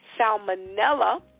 salmonella